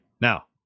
now